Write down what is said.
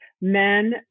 men